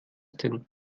denn